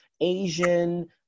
Asian